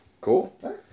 Cool